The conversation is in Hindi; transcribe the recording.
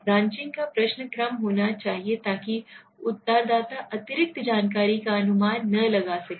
ब्रांचिंग का प्रश्न क्रम होना चाहिए ताकि उत्तरदाता अतिरिक्त जानकारी का अनुमान न लगा सके